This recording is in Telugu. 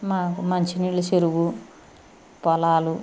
మా మంచినీళ్ళ చెరువు పొలాలు